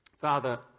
Father